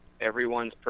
everyone's